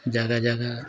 ଜାଗା ଜାଗା